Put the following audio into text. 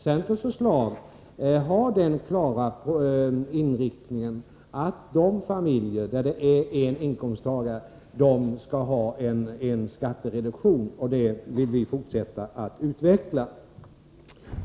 Centerns förslag har den klara inriktningen att familjer med en inkomsttagare skall få en skattereduktion. Det förslaget vill vi fortsätta att utveckla.